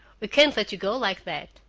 we can't let you go like that.